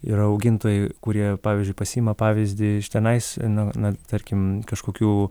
ir augintojai kurie pavyzdžiui pasiima pavyzdį iš tenais na na tarkim kažkokių